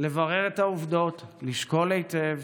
לברר את העובדות, לשקול היטב